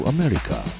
America